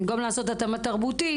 במקום לעשות התאמה תרבותית,